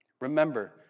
Remember